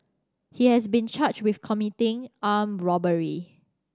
he has been charged with committing armed robbery